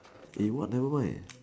eh what never mind